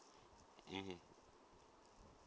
mmhmm